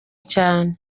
cyane